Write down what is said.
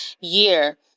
year